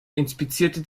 inspizierte